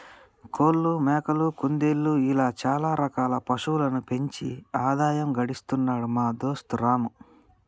కోళ్లు మేకలు కుందేళ్లు ఇలా చాల రకాల పశువులను పెంచి ఆదాయం గడిస్తున్నాడు మా దోస్తు రాము